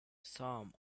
some